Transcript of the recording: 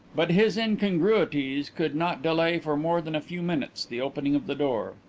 but his incongruities could not delay for more than a few minutes the opening of the door.